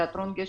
תיאטרון גשר,